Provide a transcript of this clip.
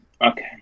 okay